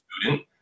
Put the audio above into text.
student